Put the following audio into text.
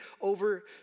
over